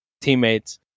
teammates